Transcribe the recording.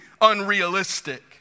unrealistic